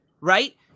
Right